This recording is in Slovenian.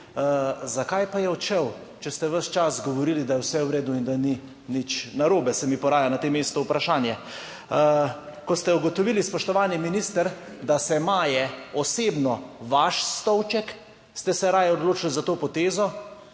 Zakaj pa je odšel, če ste ves čas govorili, da je vse v redu in da ni nič narobe, se mi poraja na tem mestu vprašanje. Ko ste ugotovili, spoštovani minister, da se maje osebno vaš stolček, ste se raje odločili za to potezo